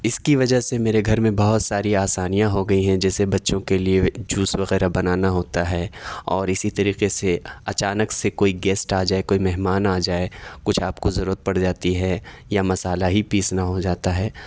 اس کی وجہ سے میرے گھر میں بہت ساری آسانیاں ہو گئیں ہیں جیسے بچوں کے لیے جوس وغیرہ بنانا ہوتا ہے اور اسی طریقے سے اچانک سے کوئی گیسٹ آ جائے کوئی مہمان آ جائے کچھ آپ کو ضرورت پڑ جاتی ہے یا مسالہ ہی پیسنا ہو جاتا ہے